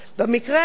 במקרה הזה,